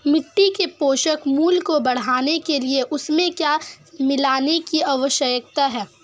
मिट्टी के पोषक मूल्य को बढ़ाने के लिए उसमें क्या मिलाने की आवश्यकता है?